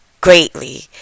greatly